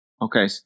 Okay